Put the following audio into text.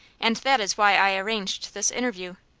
and that is why i arranged this interview.